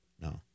No